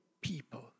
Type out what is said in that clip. people